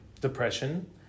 depression